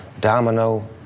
Domino